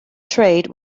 trade